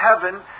heaven